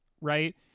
right